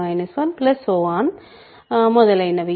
మరియు మొదలైనవి